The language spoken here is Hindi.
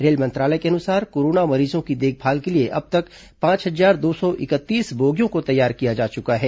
रेल मंत्रालय के अनुसार कोरोना मरीजों की देखभाल के लिए अब तक पांच हजार दो सौ इकतीस बोगियों को तैयार किया जा चुका है